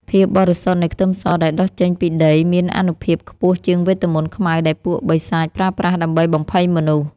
ភាពបរិសុទ្ធនៃខ្ទឹមសដែលដុះចេញពីដីមានអានុភាពខ្ពស់ជាងវេទមន្តខ្មៅដែលពួកបិសាចប្រើប្រាស់ដើម្បីបំភ័យមនុស្ស។